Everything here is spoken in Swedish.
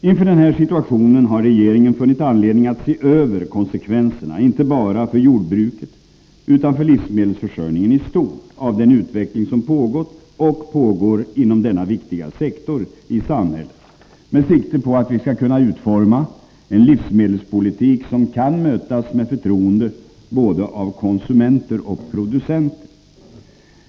Inför den här situationen har regeringen funnit anledning att se över konsekvenserna, inte bara för jordbruket utan för livsmedelsförsörjningen i stort, av den utveckling som pågått och pågår inom denna viktiga sektor i samhället, med sikte på att vi skall kunna utforma en livsmedelspolitik som kan mötas med förtroende både av konsumenter och av producenter.